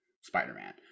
spider-man